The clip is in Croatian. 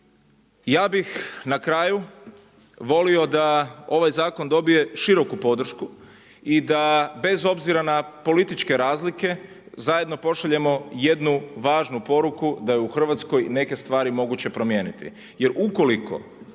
Ja bih na kraju volio da ovaj zakon dobije široku podršku i da bez obzira na političke razlike zajedno pošaljemo jednu važnu poruku da je u Hrvatskoj neke stvari moguće promijeniti.